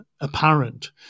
apparent